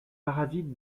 parasite